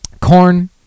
corn